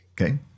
Okay